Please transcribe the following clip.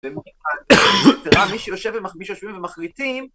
אתם רואים כאן, זה רע מי שיושב במחביש מי שיושבים ומחליטים